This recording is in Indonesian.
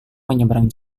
menyeberang